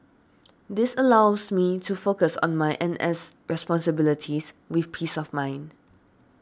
this allows me to focus on my N S responsibilities with peace of mind